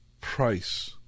price